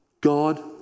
God